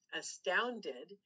astounded